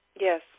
Yes